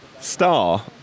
Star